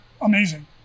Amazing